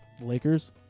Lakers